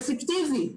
אפקטיבית,